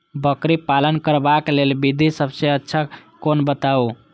बकरी पालन करबाक लेल विधि सबसँ अच्छा कोन बताउ?